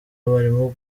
abarimu